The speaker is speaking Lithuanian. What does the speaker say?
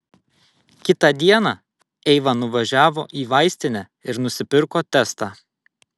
kitą dieną eiva nuvažiavo į vaistinę ir nusipirko testą